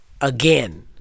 again